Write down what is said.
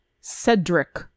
Cedric